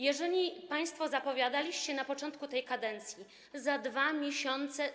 Jeżeli państwo zapowiadaliście na początku tej kadencji, że za 2 miesiące.